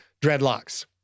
dreadlocks